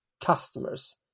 customers